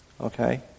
Okay